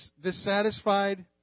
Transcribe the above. dissatisfied